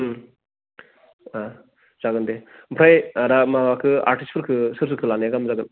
उम आह जागोन दे आमफ्राय आदा माबाखौ आरटिसफोरखौ सोर सोरखो लानाया गाहाम जागोन